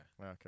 Okay